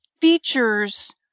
features